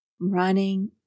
running